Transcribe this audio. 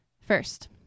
first